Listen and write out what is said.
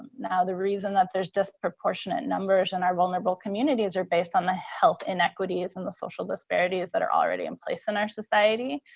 now, the reason that there's disproportionate numbers in and our vulnerable communities are based on the health inequities and the social disparities that are already in place in our society.